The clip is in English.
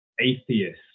atheist